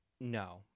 no